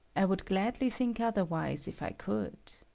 i would gladly think otherwise if i could,